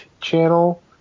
channel